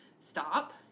stop